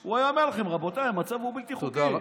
הוא היה אומר לכם: רבותיי, המצב הוא בלתי חוקי.